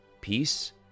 Peace